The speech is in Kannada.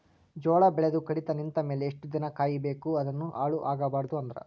ಜೋಳ ಬೆಳೆದು ಕಡಿತ ನಿಂತ ಮೇಲೆ ಎಷ್ಟು ದಿನ ಕಾಯಿ ಬೇಕು ಅದನ್ನು ಹಾಳು ಆಗಬಾರದು ಅಂದ್ರ?